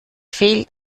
fehlt